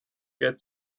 get